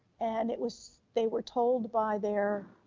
and it was, they were told by their,